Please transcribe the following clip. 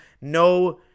No